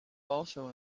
also